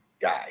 guy